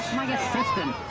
assistant.